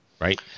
Right